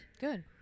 Good